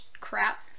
crap